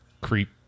creep